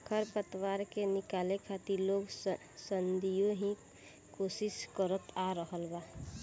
खर पतवार के निकाले खातिर लोग सदियों ही कोशिस करत आ रहल बा